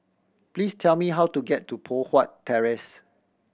please tell me how to get to Poh Huat Terrace